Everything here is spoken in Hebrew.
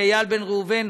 ואיל בן ראובן,